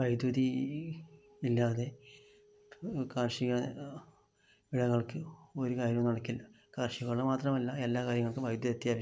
വൈദ്യുതി ഇല്ലാതെ കാര്ഷിക വിളകള്ക്ക് ഒരു കാര്യവും നടക്കില്ല കാര്ഷിക വിള മാത്രമല്ല എല്ലാ കാര്യങ്ങള്ക്കും വൈദ്യുതി അത്യാവശ്യമാണ്